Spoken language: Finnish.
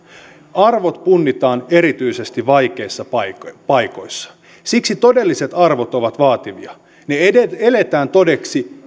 arvot punnitaan erityisesti vaikeissa paikoissa paikoissa siksi todelliset arvot ovat vaativia ne eletään todeksi